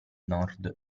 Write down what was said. nord